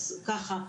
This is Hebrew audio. אז ככה,